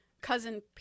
cousin